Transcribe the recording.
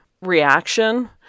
reaction